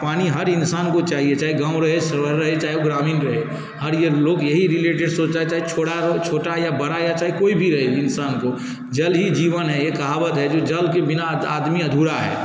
पानी हर इंसान को चाहिए चाहे गाँव रहे शहर रहे चाहे वह ग्रामीण रहे हर इयर लोग यही रिलेटेड सोचा चाही छोड़ा हो छोटा या बड़ा या चाहे कोई भी रहे इंसान को जल ही जीवन है एक कहावत है जो जल के बिना आदमी अधूरा है